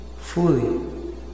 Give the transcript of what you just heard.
fully